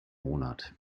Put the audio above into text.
monat